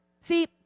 See